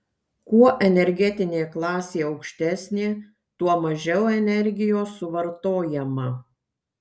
kuo energetinė klasė aukštesnė tuo mažiau energijos suvartojama